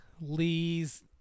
Lee's